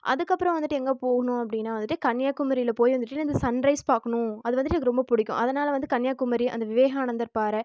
அதுக்கப்புறம் வந்துவிட்டு எங்கே போகணும் அப்படின்னா வந்துவிட்டு கன்னியாகுமரியில போய் வந்துவிட்டு இந்த சன் ரைஸ் பார்க்கணும் அது வந்துவிட்டு எனக்கு ரொம்ப பிடிக்கும் அதனால் வந்து கன்னியாகுமரி அந்த விவேகானந்தர் பாறை